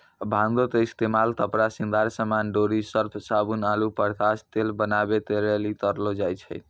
भांगो के इस्तेमाल कपड़ा, श्रृंगार समान, डोरी, सर्फ, साबुन आरु प्रकाश तेल बनाबै के लेली करलो जाय छै